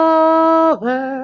over